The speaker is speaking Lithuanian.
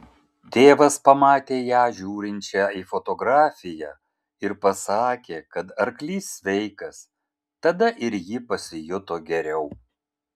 tėvas pamatė ją žiūrinčią į fotografiją ir pasakė kad arklys sveikas tada ir ji pasijuto geriau